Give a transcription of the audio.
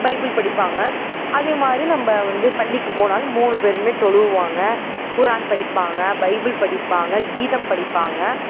Bible படிப்பாங்க அதே மாதிரி நம்ம வந்து பள்ளிக்கு போனாலும் மூணு பேருமே தொலுகுவாங்க குர்ஆன் படிப்பாங்க பைபிள் படிப்பாங்க கீதம் படிப்பாங்க